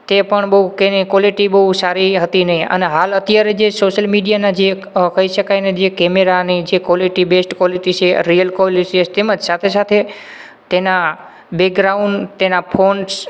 તે પણ બહુ તેની ક્વૉલિટી બહુ સારી હતી નહીં અને હાલ અત્યારે જે સોશિયલ મીડિયાના જે એક કહી શકાય જે કેમેરાની જે ક્વૉલિટી બૅસ્ટ ક્વૉલિટી જે હોય રીઅલ ક્વૉલિટી છે તેમજ સાથે સાથે તેનાં બેકગ્રાઉન્ડ તેના ફોન્ટ્સ